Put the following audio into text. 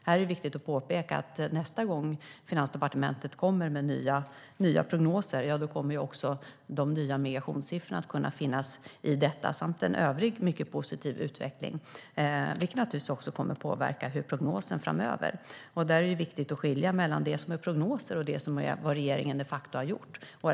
Här är det viktigt att påpeka att när Finansdepartementet kommer med nya prognoser kommer också de nya migrationssiffrorna att kunna finnas med samt en mycket positiv utveckling i övrigt, vilket naturligtvis kommer att påverka prognosen framöver. Där är det viktigt att skilja mellan det som är prognoser och det som är vad regeringen de facto har gjort.